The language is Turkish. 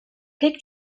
pek